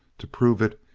to prove it,